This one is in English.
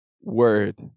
word